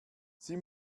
sie